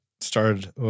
started